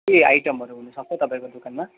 के आइटमहरू हुन सक्छ तपाईँको दोकानमा